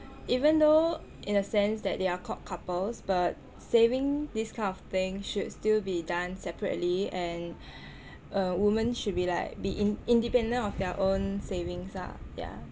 even though in a sense that they are called couples but saving this kind of thing should still be done separately and uh woman should be like be in independent of their own savings lah yah